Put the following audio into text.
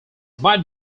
might